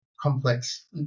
complex